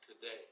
today